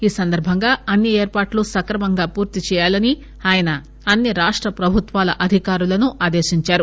ఈ సందర్భంగా అన్ని ఏర్పాట్లు సక్రమంగా పూర్తి చేయాలని ఆయన అన్ని రాష్ట్ర ప్రభుత్వల అధికారుల్ని ఆదేశించారు